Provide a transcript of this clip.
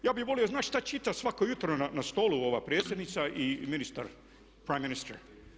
Ja bih volio znati šta čita svako jutro na stolu ova predsjednica i ministar prime minister.